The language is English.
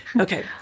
okay